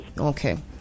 Okay